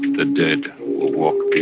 the dead will walk the